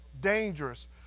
dangerous